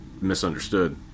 misunderstood